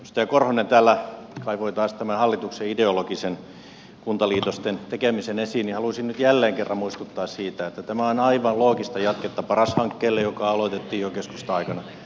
edustaja korhonen täällä kaivoi taas tämän hallituksen ideologisen kuntaliitosten tekemisen esiin ja haluaisin nyt kerran jälleen muistuttaa siitä että tämä on aivan loogista jatketta paras hankkeelle joka aloitettiin jo keskustan aikana